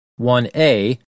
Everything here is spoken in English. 1a